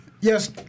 Yes